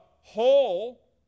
whole